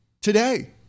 today